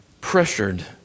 pressured